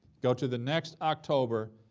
go to the next october.